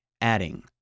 adding